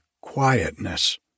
quietness